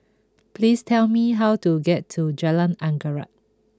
please tell me how to get to Jalan Anggerek